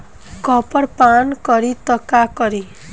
Copper पान करी त का करी?